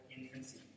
infancy